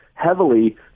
heavily